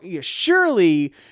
surely